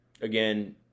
again